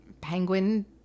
penguin